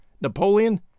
Napoleon